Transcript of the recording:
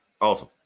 Awesome